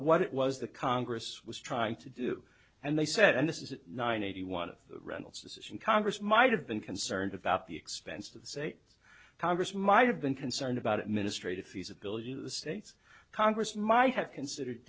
what it was the congress was trying to do and they said and this is nine eighty one of reynolds decision congress might have been concerned about the expense of say congress might have been concerned about ministry to feasibility to the states congress might have considered